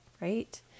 right